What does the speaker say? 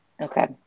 Okay